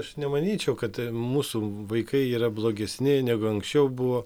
aš nemanyčiau kad mūsų vaikai yra blogesni negu anksčiau buvo